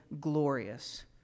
glorious